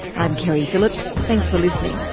i'm keri phillips, thanks for listening